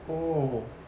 oh